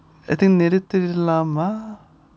I think நிறுத்திரலாமா:niruthiralaamaa